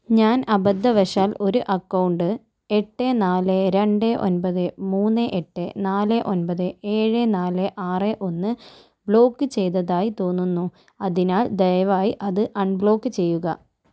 ഞാൻ അബദ്ധവശാൽ ഒരു അക്കൗണ്ട് എട്ട് നാല് രണ്ട് ഒൻപത് മൂന്ന് എട്ട് നാല് ഒൻപത് ഏഴ് നാല് ആറ് ഒന്ന് ബ്ലോക്ക് ചെയ്തതായി തോന്നുന്നു അതിനാൽ ദയവായി അത് അൺബ്ലോക്ക് ചെയ്യുക